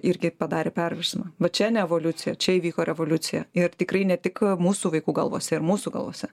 irgi padarė perversmą va čia ne evoliucija čia įvyko revoliucija ir tikrai ne tik mūsų vaikų galvose ir mūsų galvose